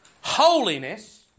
holiness